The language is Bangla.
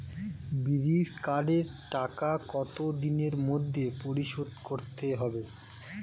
বিড়ির কার্ডের টাকা কত দিনের মধ্যে পরিশোধ করতে হবে?